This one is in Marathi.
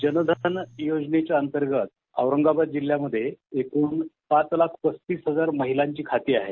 जनधन योजनेच्या अंतर्गत औरंगाबाद जिल्ह्यामध्ये एकूण सात लाख पस्तीस हजार महिलांची खाती आहेत